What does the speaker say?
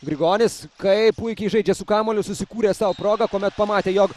grigonis kaip puikiai žaidžia su kamuoliu susikūrė sau progą kuomet pamatė jog